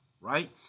right